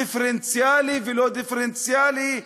דיפרנציאלי ולא דיפרנציאלי.